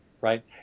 right